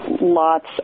lots